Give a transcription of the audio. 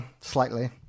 slightly